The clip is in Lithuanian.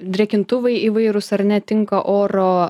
drėkintuvai įvairūs ar ne tinka oro